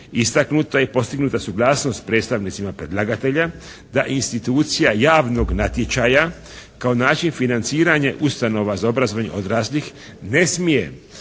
istaknuto je i postignuta suglasnost predstavnicima predlagatelja da institucija javnog natječaja kao način financiranje ustanova za obrazovanje odraslih ne smije